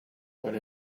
but